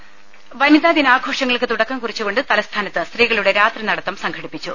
ദേദ വനിതാ ദിനാഘോഷങ്ങൾക്ക് തുടക്കം കുറിച്ചുകൊണ്ട് തലസ്ഥാനത്ത് സ്ത്രീകളുടെ രാത്രിനടത്തം സംഘടിപ്പിച്ചു